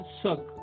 suck